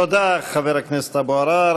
תודה, חבר הכנסת אבו עראר.